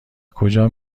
کجا